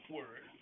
Word